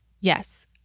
yes